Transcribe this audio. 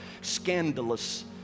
scandalous